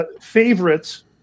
Favorites